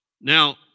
Now